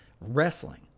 wrestling